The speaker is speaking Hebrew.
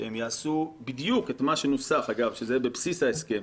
שהם יעשו בדיוק את מה נוסח, אגב, שזה בבסיס ההסכם.